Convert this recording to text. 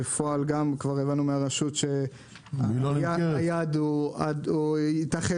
ובפועל הבנו כבר מהרשות שהיעד יתאחר